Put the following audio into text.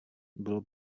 bylo